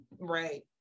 Right